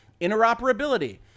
Interoperability